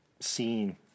scene